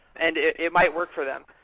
and it it might work for them.